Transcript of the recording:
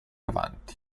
avanti